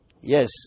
Yes